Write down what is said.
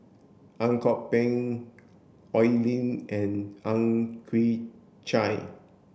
Ang Kok Peng Oi Lin and Ang Chwee Chai